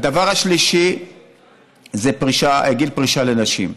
הדבר השלישי הוא גיל פרישה לנשים.